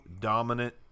dominant